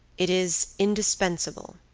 it is indispensable.